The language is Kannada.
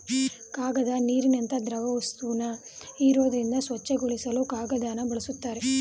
ಕಾಗದ ನೀರಿನಂತ ದ್ರವವಸ್ತುನ ಹೀರೋದ್ರಿಂದ ಸ್ವಚ್ಛಗೊಳಿಸಲು ಕಾಗದನ ಬಳುಸ್ತಾರೆ